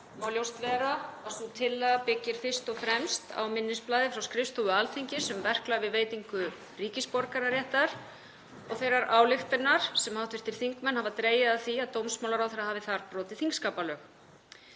má ljóst vera að sú tillaga byggir fyrst og fremst á minnisblaði frá skrifstofu Alþingis um verklag við veitingu ríkisborgararéttar og þeirrar ályktunar sem hv. þingmenn hafa dregið af því að dómsmálaráðherra hafi þar brotið þingskapalög.